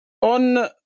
on